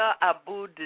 Abu